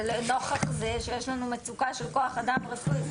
זה לנוכח זה שיש לנו מצוקה של כוח אדם רפואי.